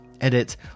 Edit